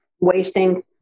wasting